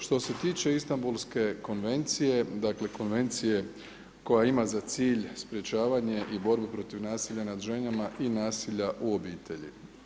Što se tiče Istanbulske konvencije, dakle konvencije koja ima za cilj sprečavanje i borbu protiv nasilja nad ženama i nasilja u obitelji.